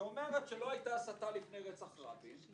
שאומרת שלא היתה הסתה לפני רצח רבין,